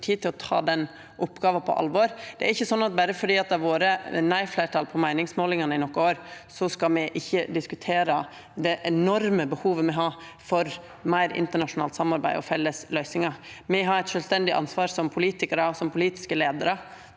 parti til å ta den oppgåva på alvor. Det er ikkje sånn at berre fordi det har vore nei-fleirtal på meiningsmålingane i nokre år, skal me ikkje diskutera det enorme behovet me har for meir internasjonalt samarbeid og felles løysingar. Me har eit sjølvstendig ansvar som politikarar og som politiske leiarar